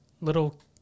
little